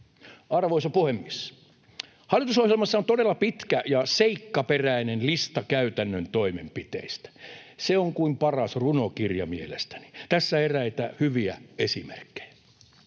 Arvoisa puhemies! Hallitusohjelmassa on todella pitkä ja seikkaperäinen lista käytännön toimenpiteistä. Se on kuin paras runokirja mielestäni. [Pekka Aittakumpu: